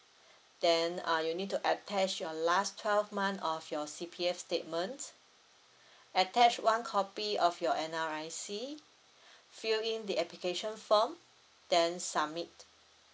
then uh you need to attach your last twelve month of your C_P_F statement attach one copy of your N_R_I_C fill in the application form then submit